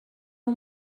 اون